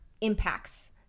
impacts